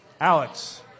Alex